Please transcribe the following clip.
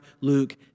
Luke